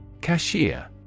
Cashier